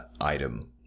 item